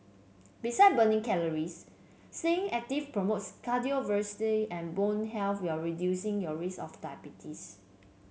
beside burning calories staying active promotes and bone while reducing your risk of diabetes